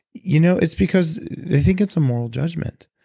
you know it's because i think it's a moral judgment.